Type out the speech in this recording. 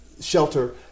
shelter